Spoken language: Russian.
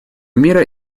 мира